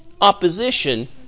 opposition